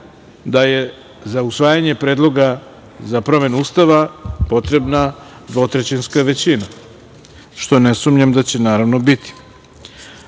da je za usvajanje Predloga za promenu Ustava potrebna dvotrećinska većina, što ne sumnjam da će, naravno,